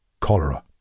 cholera